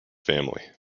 family